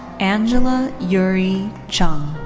angela yuri choung.